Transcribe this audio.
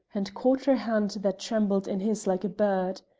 and caught her hand that trembled in his like a bird.